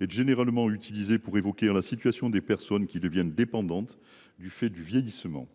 est généralement utilisée pour évoquer la situation des personnes qui deviennent dépendantes du fait du vieillissement.